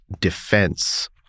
defense